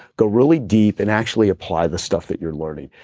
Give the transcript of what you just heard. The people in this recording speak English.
go really deep and actually apply the stuff that you're learning.